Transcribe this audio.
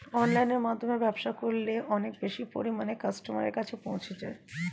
অনলাইনের মাধ্যমে ব্যবসা করলে অনেক বেশি পরিমাণে কাস্টমারের কাছে পৌঁছে যাওয়া যায়?